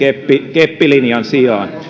keppilinjan sijaan